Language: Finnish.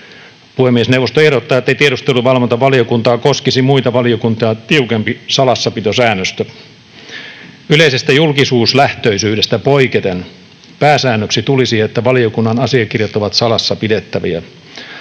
Puhemiesneuvosto ehdottaa, että tiedusteluvalvontavaliokuntaa koskisi muita valiokuntia tiukempi salassapitosäännöstö. Yleisestä julkisuuslähtöisyydestä poiketen pääsäännöksi tulisi, että valiokunnan asiakirjat ovat salassa pidettäviä.